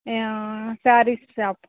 sarees shop